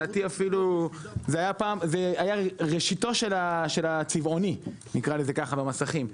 זה היה ראשיתו של השידור הצבעוני במסכים.